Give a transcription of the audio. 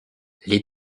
les